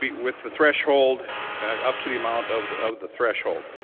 but with the threshold up to the amount of the of the threshold.